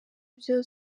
byo